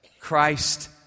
Christ